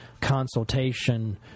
consultation